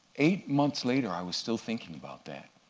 eight months later, i was still thinking about that.